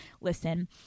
Listen